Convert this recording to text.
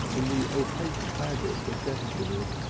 in the opaque fabric of destiny,